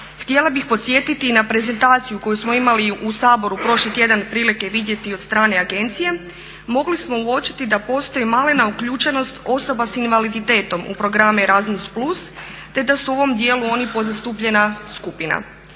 Htjela bih podsjetiti i na prezentaciju koju smo imali u Saboru prošli tjedan prilike vidjeti od strane agencije, mogli smo uočiti da postoji malena uključenost osoba s invaliditetom u programe Erasmus plus te da su u ovom dijelu oni podzastupljena skupina.